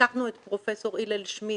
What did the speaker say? לקחנו את פרופ' הלל שמיד,